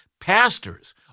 Pastors